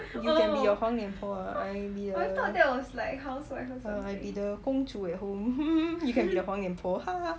you can be your 黄脸婆 ah I be a err I be the 公主 at home mm you can be the 黄脸婆